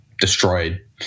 destroyed